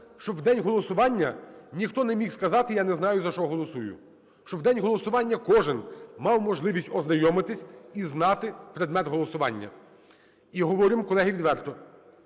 щоб в день голосування ніхто не міг сказати: "Я не знаю, за що голосую". Щоб в день голосування кожен мав можливість ознайомитись і знати предмет голосування. І говоримо, колеги, відверто,